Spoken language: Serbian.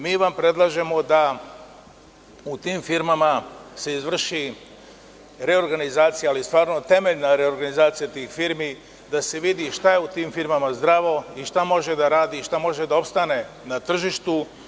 Mi vam predlažemo da u tim firmama se izvrši reorganizacija, ali stvarno temeljna reorganizacija tih firmi, da se vidi šta je u tim firmama zdravo i šta može da radi i šta može da opstane na tržištu.